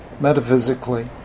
metaphysically